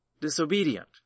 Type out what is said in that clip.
disobedient